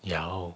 要